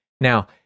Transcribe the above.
Now